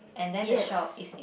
yes